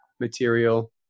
material